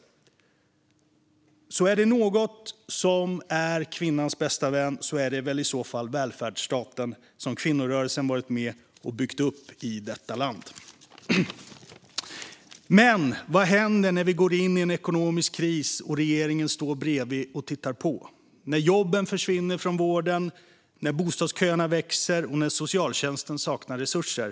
Är det något som är kvinnans bästa vän är det i så fall välfärdsstaten, som kvinnorörelsen har varit med och byggt upp i detta land. Men vad händer när vi går in i en ekonomisk kris och regeringen står bredvid och tittar på? Vad händer när jobben försvinner från vården, när bostadsköerna växer och när socialtjänsten saknar resurser?